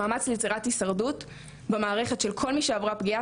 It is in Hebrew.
המאמץ ליצירת הישרדות במערכת של כל מי שעברה פגיעה